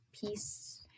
peace